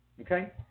Okay